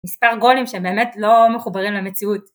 מספר גולים שהם באמת לא מחוברים למציאות.